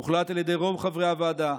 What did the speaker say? הוחלט על ידי רוב חברי הוועדה,